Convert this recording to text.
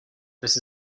this